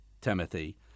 Timothy